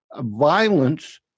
violence